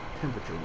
temperature